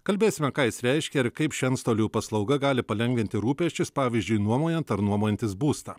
kalbėsime ką jis reiškia ir kaip ši antstolių paslauga gali palengvinti rūpesčius pavyzdžiui nuomojant ar nuomojantis būstą